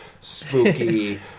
spooky